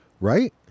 right